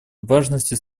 важности